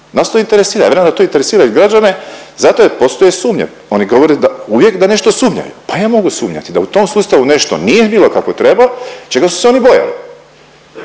Nas to interesira, a vjerujem da to interesira i građane zato jer postoje sumnje. Oni govore da uvijek da nešto sumnjaju, pa i ja mogu sumnjati da u tom sustavu nešto nije bilo kako treba čega su se oni bojali